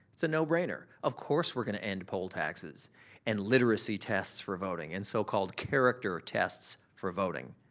it's a no brainer. of course we're gonna end poll taxes and literacy tests for voting and so-called character tests for voting.